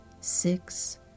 six